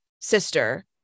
sister